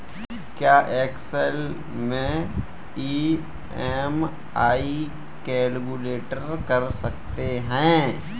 क्या एक्सेल में EMI calculate कर सकते हैं?